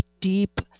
deep